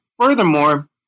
furthermore